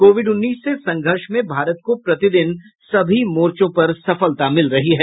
Covid उन्नीस से संघर्ष में भारत को प्रतिदिन सभी मोर्चों पर सफलता मिल रही है